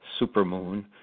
supermoon